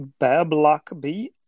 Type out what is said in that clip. BablockB